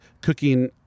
cooking